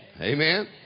Amen